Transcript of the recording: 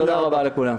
תודה רבה לכולם.